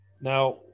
Now